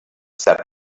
said